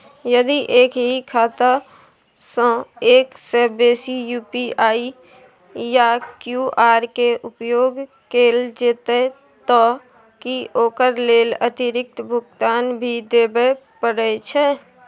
यदि एक ही खाता सं एक से बेसी यु.पी.आई या क्यू.आर के उपयोग कैल जेतै त की ओकर लेल अतिरिक्त भुगतान भी देबै परै छै?